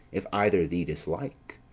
if either thee dislike.